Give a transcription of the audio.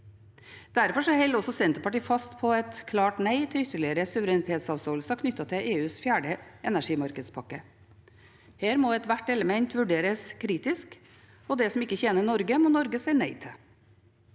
Derfor holder Senterpartiet fast på et klart nei til ytterligere suverenitetsavståelser knyttet til EUs fjerde energimarkedspakke. Her må ethvert element vurderes kritisk, og det som ikke tjener Norge, må Norge si nei til.